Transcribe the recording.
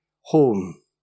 home